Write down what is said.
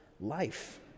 life